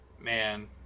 man